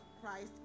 christ